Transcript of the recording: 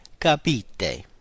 capite